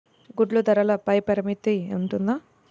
గుడ్లు ధరల పై పరిమితి ఉంటుందా?